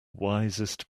wisest